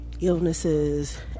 illnesses